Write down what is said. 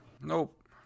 Nope